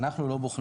אנחנו לא בוחנים.